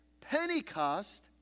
Pentecost